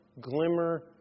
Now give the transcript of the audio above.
glimmer